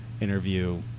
interview